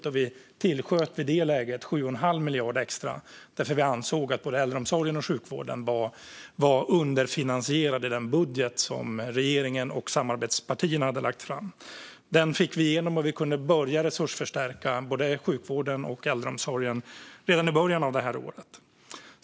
I det läget tillsköt vi 7 1⁄2 miljard extra därför att vi ansåg att både äldreomsorgen och sjukvården var underfinansierade i den budget som regeringen och samarbetspartierna lagt fram. Detta fick vi igenom, och vi kunde börja resursförstärka både sjukvården och äldreomsorgen redan i början av året.